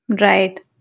Right